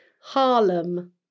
Harlem